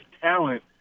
talent